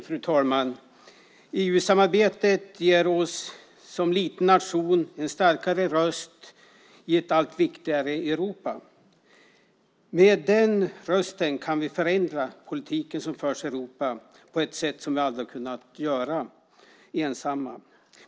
Fru talman! EU-samarbetet ger oss som liten nation en starkare röst i ett allt viktigare Europa. Med den rösten kan vi förändra politiken som förs i Europa på ett sätt som vi aldrig hade kunnat göra ensamma.